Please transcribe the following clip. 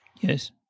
Yes